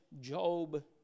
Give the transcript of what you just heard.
Job